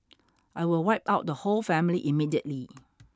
I will wipe out the whole family immediately